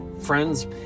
friends